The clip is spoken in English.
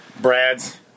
Brad's